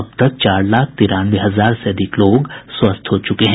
अब तक चार लाख तिरानवे हजार से अधिक लोग स्वस्थ हो चुके हैं